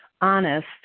honest